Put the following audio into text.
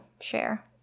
share